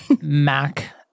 Mac